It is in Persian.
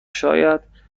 شاید